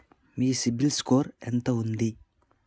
మీ CIBIL score ఎంత ఉంది?